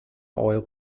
oil